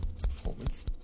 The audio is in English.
performance